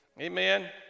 Amen